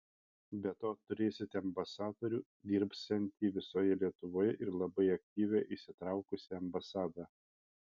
be to turėsite ambasadorių dirbsiantį visoje lietuvoje ir labai aktyvią įsitraukusią ambasadą